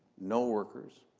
no workers,